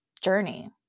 journey